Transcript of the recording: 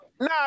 Nah